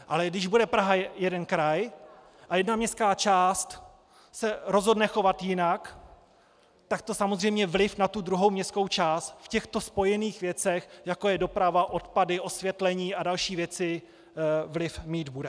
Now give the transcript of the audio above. Ale když bude Praha jeden kraj a jedna městská část se rozhodne chovat jinak, tak to samozřejmě vliv na druhou městskou část v těchto spojených věcech, jako je doprava, odpady, osvětlení a další věci vliv mít bude.